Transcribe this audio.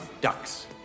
ducks